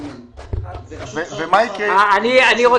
אני לא